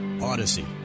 Odyssey